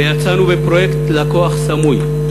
ויצאנו בפרויקט "לקוח סמוי",